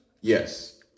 yes